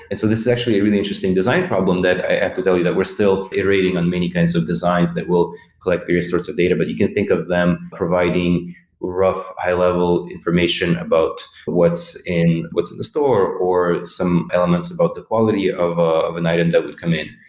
and this is actually a really interesting design problem, i have to tell you, that we're still iterating on many kinds of designs that will collect various sorts of data. but you can think of them providing rough, high-level information about what's in what's in the store or some elements about the quality of of an item that would come in.